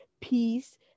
peace